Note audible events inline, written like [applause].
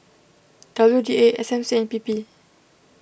W D A S M C and P [noise] P